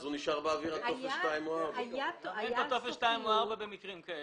הוא נשאר באוויר עד טופס 2 או טופס 4. אין לו טופס 2 או 4 במקרים כאלה.